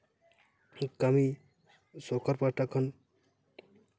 ᱠᱟᱹᱢᱤ ᱥᱚᱨᱠᱟᱨ ᱯᱟᱦᱚᱴᱟ ᱠᱷᱚᱱ